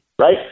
right